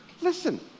Listen